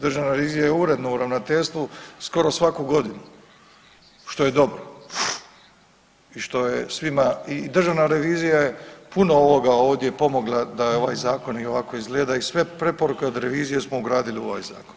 Državna revizija je uredno u Ravnateljstvu skoro svaku godinu, što je dobro i što je svima, i Državna revizija je puno onoga ovdje pomogla da je ovaj Zakon i ovako izgleda i sve preporuke od revizije smo ugradili u ovaj Zakon.